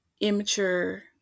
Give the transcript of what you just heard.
immature